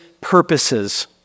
purposes